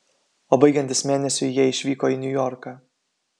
o baigiantis mėnesiui jie išvyko į niujorką